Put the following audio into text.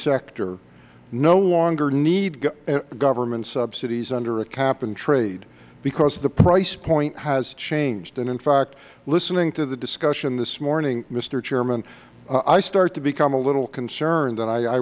sector no longer need government subsidies under a cap and trade because the price point has changed and in fact listening to the discussion this morning mister chairman i started to become a little concerned that i